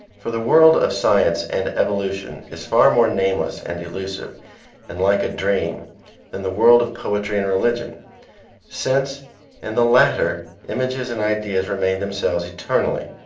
for the world of science and evolution is far more nameless and elusive and like a dream than the world of poetry and religion since in the latter images and ideas remain themselves eternally,